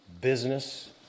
Business